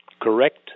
correct